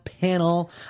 panel